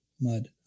Mud